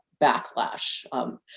backlash